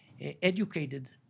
educated